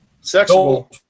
Sexual